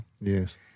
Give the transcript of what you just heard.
Yes